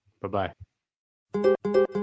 Bye-bye